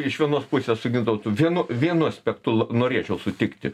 iš vienos pusės su gintautu vienu vienu aspektu norėčiau sutikti